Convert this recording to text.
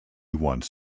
once